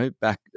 back